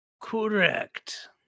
Correct